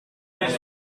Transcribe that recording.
dansen